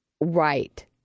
Right